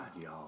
y'all